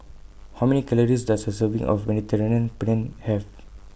How Many Calories Does A Serving of Mediterranean Penne Have